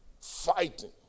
fighting